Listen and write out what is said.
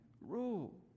rule